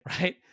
right